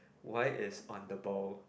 why is on the ball